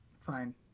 Fine